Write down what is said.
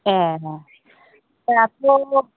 ए दाथ'